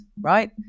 right